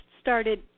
started